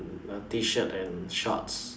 a T-shirt and shorts